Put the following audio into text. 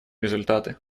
результаты